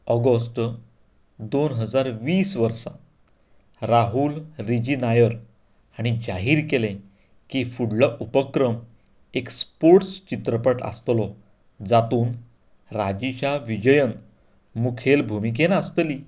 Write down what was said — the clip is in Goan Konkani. ऑगस्ट दोन हजार वीस वर्सा राहुल रिजी नायर हांणी जाहीर केलें की फुडलो उपक्रम एक स्पोट्स चित्रपट आसतलो जातूंत राजीशा विजयन मुखेल भुमिकेन आसतली